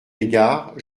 égard